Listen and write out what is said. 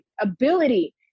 ability